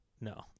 No